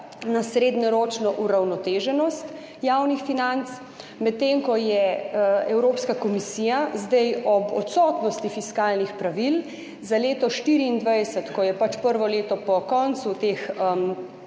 na srednjeročno uravnoteženost javnih financ, medtem ko je Evropska komisija ob odsotnosti fiskalnih pravil za leto 2024, ko je pač prvo leto po koncu te